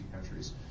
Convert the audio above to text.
countries